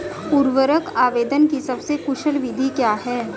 उर्वरक आवेदन की सबसे कुशल विधि क्या है?